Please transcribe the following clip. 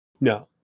No